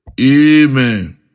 Amen